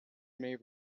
may